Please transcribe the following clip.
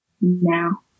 now